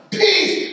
peace